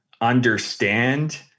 understand